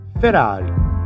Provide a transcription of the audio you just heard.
ferrari